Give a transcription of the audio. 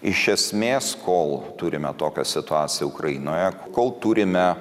iš esmės kol turime tokią situaciją ukrainoje kol turime